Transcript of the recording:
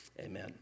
Amen